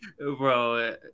Bro